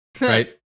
Right